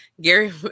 Gary